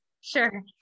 Sure